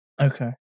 Okay